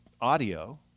audio